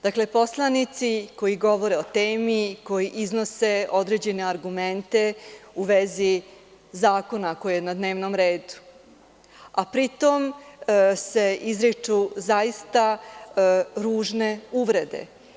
Dakle, poslanici koji govore o temi, koji iznose određene argumente u vezi zakona koji je na dnevnom redu, a pri tom se izriču zaista ružne uvrede.